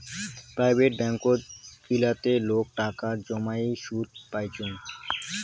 private ব্যাঙ্কত গিলাতে লোক টাকা জমাই সুদ পাইচুঙ